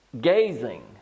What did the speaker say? gazing